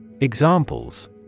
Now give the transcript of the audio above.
Examples